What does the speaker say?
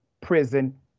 prison